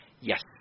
Yes